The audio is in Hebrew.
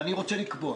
אני רוצה לקבוע